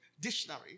dictionary